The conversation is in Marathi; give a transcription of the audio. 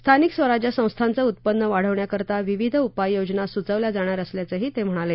स्थानिक स्वराज्य संस्थांचं उत्पन्न वाढविण्याकरिता विविध उपाययोजना सूचवल्या जाणार असल्याचंही ते म्हणाले